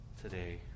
today